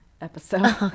episode